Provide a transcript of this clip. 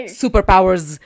superpowers